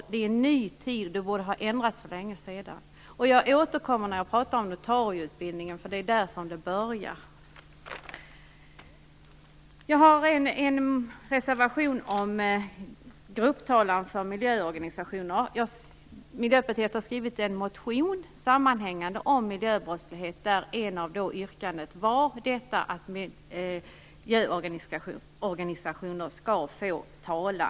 Vi har nu en ny tid, och systemet borde ha ändrats för länge sedan. Jag återkommer till notarieutbildningen, som systemet börjar med. Jag har avgivit en reservation om grupptalan för miljöorganisationer. Miljöpartiet har väckt en sammanhängande motion om miljöbrottslighet, där ett av yrkandena var att miljöorganisationer skall få talan.